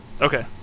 Okay